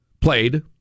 played